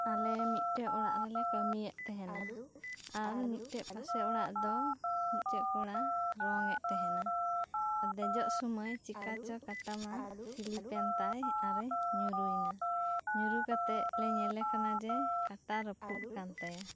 ᱟᱞᱮ ᱢᱤᱫ ᱴᱮᱱ ᱚᱲᱟᱜ ᱨᱮᱞᱮ ᱠᱟᱢᱤᱭᱮᱫ ᱛᱟᱦᱮᱸᱫᱼᱟ ᱟᱨ ᱢᱤᱫ ᱴᱮᱱ ᱯᱟᱥᱮ ᱚᱲᱟᱜ ᱫᱚ ᱢᱤᱫ ᱴᱮᱱ ᱠᱚᱲᱟ ᱨᱚᱝ ᱮᱫ ᱛᱟᱦᱮᱸᱫᱼᱟ ᱫᱮᱡᱚᱜ ᱥᱳᱢᱳᱭ ᱪᱤᱠᱟᱹ ᱪᱚ ᱠᱟᱴᱟ ᱢᱟ ᱥᱞᱤᱯᱮᱱ ᱛᱟᱭ ᱟᱨᱮ ᱧᱩᱨᱩᱮᱱᱟ ᱧᱩᱨᱩ ᱠᱟᱛᱮᱫ ᱞᱮ ᱧᱮᱞᱮ ᱠᱟᱱᱟ ᱡᱮ ᱠᱟᱴᱟ ᱨᱟᱯᱩᱫ ᱟᱠᱟᱱ ᱛᱟᱭᱟ